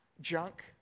junk